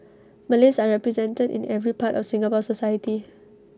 Malays are represented in every part of Singapore society